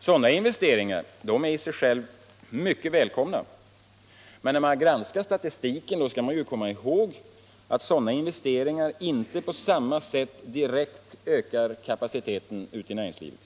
Sådana investeringar är i sig själva mycket välkomna. Men när man granskar statistiken skall man komma ihåg att de inte på samma sätt direkt ökar kapaciteten ute i näringslivet.